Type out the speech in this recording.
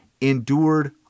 endured